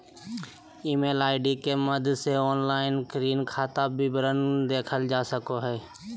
email ID के माध्यम से ऑनलाइन ऋण खाता विवरण देखल जा सको हय